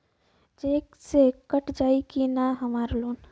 Check से कट जाई की ना हमार लोन?